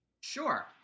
Sure